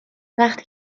وقتی